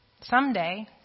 Someday